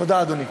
תודה, אדוני.